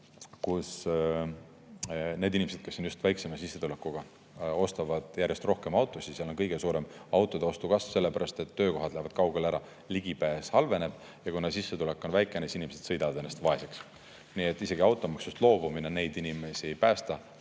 et need inimesed, kes on just väiksema sissetulekuga, ostavad järjest rohkem autosid, nende puhul on kõige suurem autode ostu kasv, sellepärast et töökohad lähevad kaugele ära, ligipääs halveneb. Kuna sissetulek on väike, siis inimesed sõidavad ennast vaeseks. Isegi automaksust loobumine neid inimesi ei päästa,